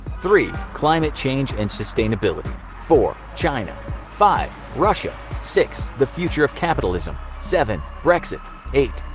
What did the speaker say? three. climate change and sustainability four. china five. russia six. the future of capitalism seven. brexit eight.